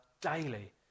daily